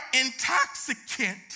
intoxicant